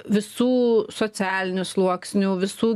visų socialinių sluoksnių visų